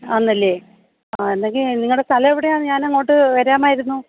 ആണല്ലേ ആ എന്നെങ്കിൽ നിങ്ങട സ്ഥലമെവിടെയാണ് ഞാനങ്ങോട്ട് വരാമായിരുന്നു